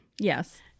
yes